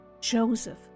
Joseph